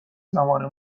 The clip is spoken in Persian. زمان